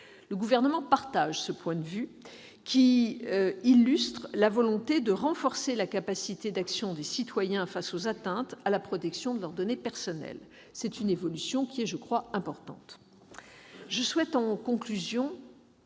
Le Gouvernement partage ce point de vue, qui illustre la volonté de renforcer la capacité d'action des citoyens face aux atteintes à la protection de leurs données personnelles. C'est une évolution importante. En conclusion,